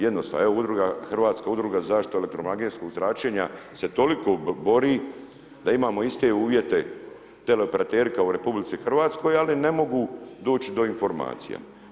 Jednostavno, evo, Udruga, Hrvatska udruga za zaštitu elektromagnetskog zračenja se toliko bori da imamo iste uvjete tele operateri kao u RH, ali ne mogu doći do informacija.